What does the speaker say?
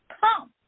Come